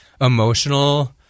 emotional